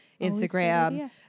instagram